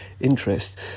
interest